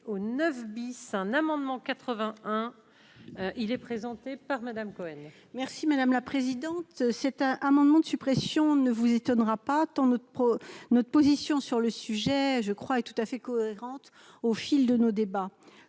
au 9 bis, un amendement 81, il est présenté par Madame Cohen. Merci madame la présidente, c'est un amendement de suppression ne vous étonnera pas tant notre pro, notre position sur le sujet, je crois, est tout à fait cohérente au fil de nos débats,